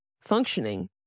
functioning